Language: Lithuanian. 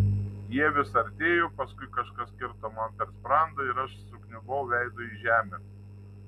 jie vis artėjo paskui kažkas kirto man per sprandą ir aš sukniubau veidu į žemę